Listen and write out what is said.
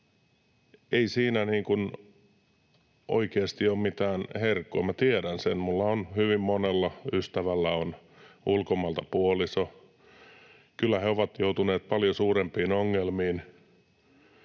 ei se oikeasti ole mitään herkkua. Minä tiedän sen. Minulla on hyvin monella ystävällä ulkomailta puoliso. Kyllä he ovat joutuneet paljon suurempiin ongelmiin